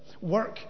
Work